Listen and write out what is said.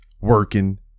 Working